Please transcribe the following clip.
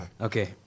Okay